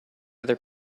other